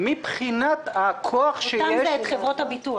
יותר מבחינת הכוח שיש --- "אותם" זה את חברות הביטוח?